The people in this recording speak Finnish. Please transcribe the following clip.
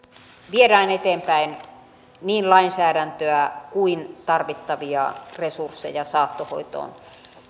viedään eteenpäin niin lainsäädäntöä kuin tarvittavia resursseja saattohoitoon